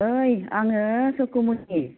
ओइ आङो सुकुमनि